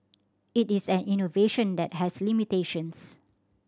it is an innovation that has limitations